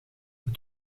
het